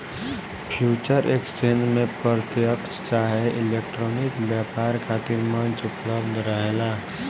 future exchange में प्रत्यकछ चाहे इलेक्ट्रॉनिक व्यापार खातिर मंच उपलब्ध रहेला